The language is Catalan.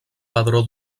pedró